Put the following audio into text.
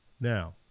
Now